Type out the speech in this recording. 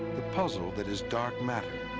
the puzzle that is dark matter.